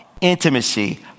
intimacy